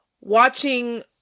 watching